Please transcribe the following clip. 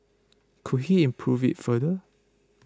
could he improve it further